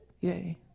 yay